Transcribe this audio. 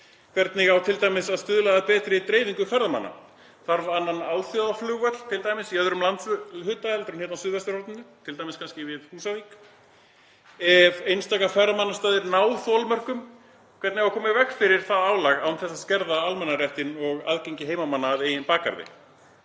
Hvernig á t.d. að stuðla að betri dreifingu ferðamanna? Þarf annan alþjóðaflugvöll, t.d. í öðrum landshluta heldur en hér á suðvesturhorninu, kannski við Húsavík? Ef einstaka ferðamannastaðir ná þolmörkum, hvernig á að koma í veg fyrir það álag án þess að skerða almannaréttinn og aðgengi heimamanna að eigin bakgarði?